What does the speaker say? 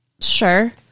sure